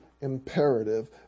imperative